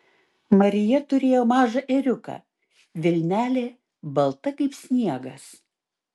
marija turėjo mažą ėriuką vilnelė balta kaip sniegas